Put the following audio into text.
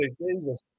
Jesus